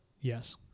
Yes